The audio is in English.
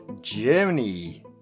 Germany